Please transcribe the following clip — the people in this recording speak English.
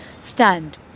stand